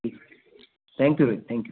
ठीक thank you Rohit thank you